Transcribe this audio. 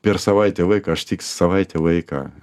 per savaitę laiko aš tik savaitę laiką